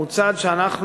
הוא צעד שאנחנו,